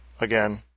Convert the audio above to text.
again